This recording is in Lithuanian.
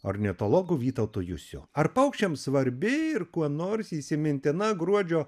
ornitologu vytautu jusiu ar paukščiams svarbi ir kuo nors įsimintina gruodžio